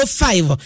five